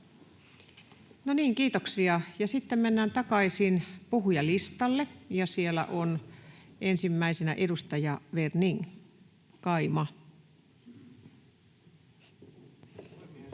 kiitoksia. — Ja sitten mennään takaisin puhujalistalle, ja siellä on ensimmäisenä edustaja Werning, kaima.